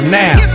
now